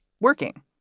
working